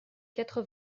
quatre